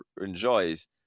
enjoys